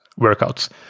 workouts